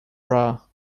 bra